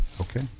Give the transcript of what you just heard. Okay